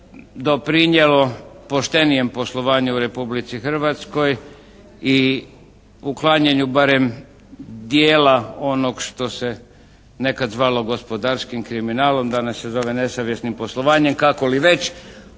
doprinijelo poštenijem poslovanju u Republici Hrvatskoj i uklanjanju barem dijela onog što se nekad zvalo gospodarskim kriminalom, danas se zove nesavjesnim poslovanjem, kako li već